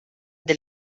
del